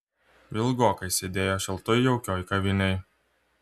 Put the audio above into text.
ilgokai sėdėjo šiltoj jaukioj kavinėj